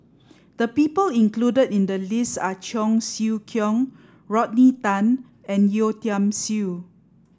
the people included in the list are Cheong Siew Keong Rodney Tan and Yeo Tiam Siew